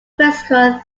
physical